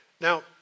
Now